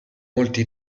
molti